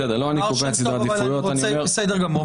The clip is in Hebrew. בסדר גמור.